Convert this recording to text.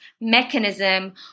mechanism